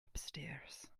upstairs